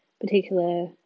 particular